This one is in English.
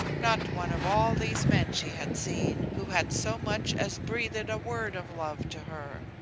not one of all these men she had seen, who had so much as breathed a word of love to her.